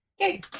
Okay